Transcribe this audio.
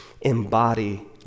embody